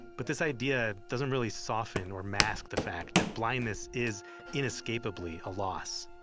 but this idea doesn't really soften or mask the fact that blindness is inescapably a loss.